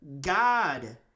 God